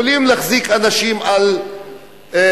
יכולים להחזיק אנשים על מחסומים,